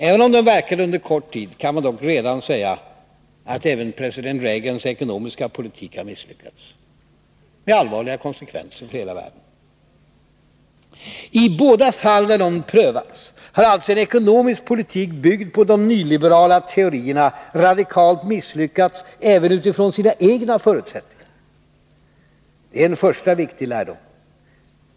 Även om den verkat under kort tid, kan man dock redan säga att även president Reagans ekonomiska politik har misslyckats, med allvarliga konsekvenser för hela världen. I båda fall där den prövats har alltså en ekonomisk politik byggd på de nyliberala teorierna radikalt misslyckats även utifrån sina egna förutsättningar. Det är en första viktig lärdom.